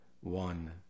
one